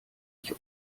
ich